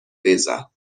visa